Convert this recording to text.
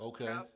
Okay